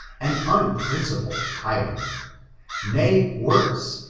an unprincipled tyrant nay, worse,